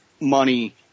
money